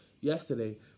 yesterday